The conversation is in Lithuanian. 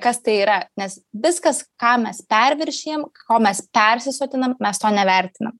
kas tai yra nes viskas ką mes perviršijam ko mes persisotinam mes to nevertinam